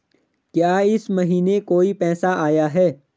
क्या इस महीने कोई पैसा आया है?